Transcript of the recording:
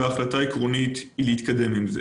וההחלטה העקרונית היא להתקדם עם זה.